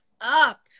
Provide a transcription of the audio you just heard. up